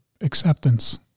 acceptance